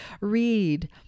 Read